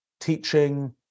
teaching